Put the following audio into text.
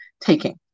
taking